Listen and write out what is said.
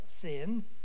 sin